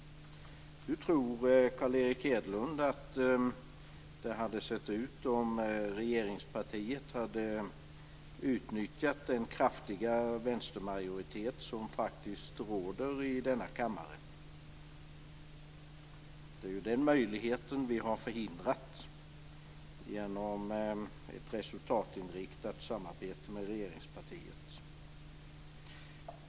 Hur tror Carl Erik Hedlund att det hade sett ut om regeringspartiet hade utnyttjat den kraftiga vänstermajoritet som råder i denna kammare? Det är ju den möjligheten vi har förhindrat genom ett resultatinriktat samarbete med regeringspartiet.